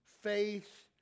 faith